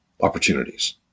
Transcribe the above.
opportunities